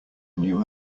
knew